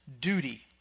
duty